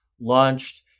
launched